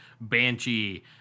Banshee